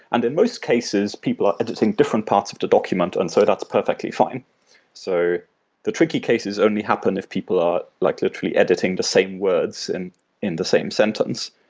and in most cases, people are editing different parts of the document, and so that's perfectly fine so the tricky cases only happen if people are like literally editing the same words and in the same sentence.